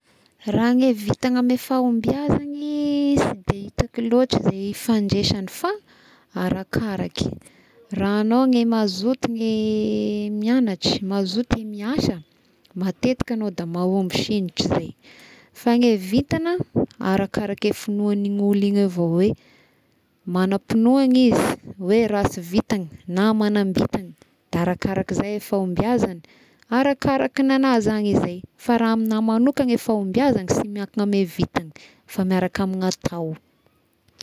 Raha ne vintagna amia fahombiazagny sy de hitako loatry izay ifandraisagny fa arakaraky raha agnao gny mazoto ny mianatry, mazoto i miasa matetika agnao da mahomby signitry izay, fa gne vintagna arakarake ny fignoan'iny olo igny avao hoe manampinoany izy hoe rasy vintagna na manam-bitagna da arakarak'izay fahombiazagna arakarak'agnanazy any izay fa raha aminà manokagna i fahombiazagna sy miankigna amy vintagna fa miaraka amy atao.